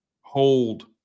hold